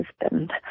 husband